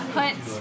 put